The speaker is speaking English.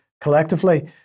collectively